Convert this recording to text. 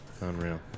Unreal